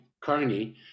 Carney